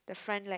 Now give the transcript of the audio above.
the front light